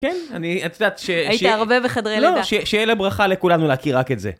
כן, אני אצטט ש... היית הרבה בחדרי לידה. לא, שיהיה לברכה לכולנו להכיר רק את זה.